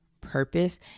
purpose